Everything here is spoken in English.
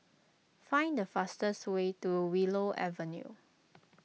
find the fastest way to Willow Avenue